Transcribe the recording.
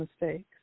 mistakes